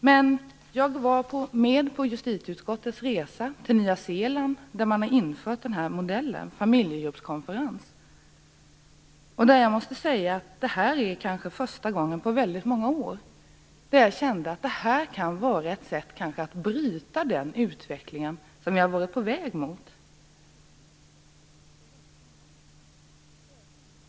Men jag var med på justitieutskottets resa till Nya Zeeland där man har infört den här modellen med familjegruppskonferens, och jag måste säga att det var första gången på väldigt många år som jag kände att något skulle kunna vara ett sätt att avbryta den utveckling som vi har varit på väg mot.